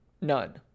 None